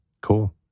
Cool